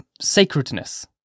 sacredness